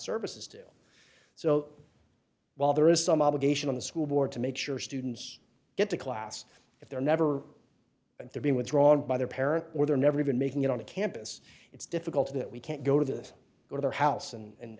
services do so while there is some obligation on the school board to make sure students get to class if they're never are they're being withdrawn by their parents or they're never even making it on a campus it's difficult that we can't go to the go to their house and